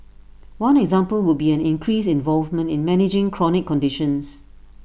one example would be an increased involvement in managing chronic conditions